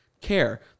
care